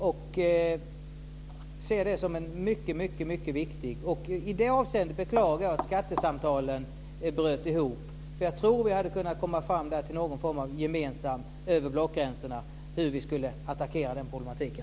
Jag ser det som mycket viktigt. I det avseendet beklagar jag att skattesamtalen bröt ihop. Jag tror att vi där gemensamt över blockgränserna hade kunnat komma fram till hur vi skulle attackera den problematiken.